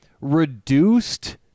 reduced